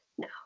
No